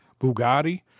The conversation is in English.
Bugatti